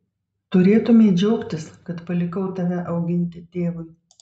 turėtumei džiaugtis kad palikau tave auginti tėvui